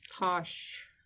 posh